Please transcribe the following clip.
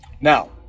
now